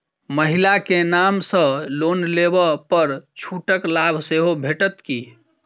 महिला केँ नाम सँ लोन लेबऽ पर छुटक लाभ सेहो भेटत की?